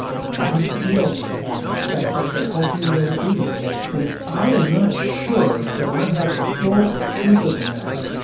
and i feel like that's a healthier way to be. and if i am not sure that i have the full truth of the matter,